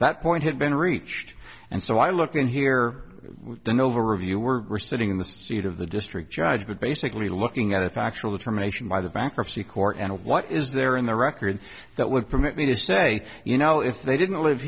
that point had been reached and so i looked in here was done over review were resitting in the seat of the district judge but basically looking at a factual determination by the bankruptcy court and what is there in the record that would permit me to say you know if they didn't live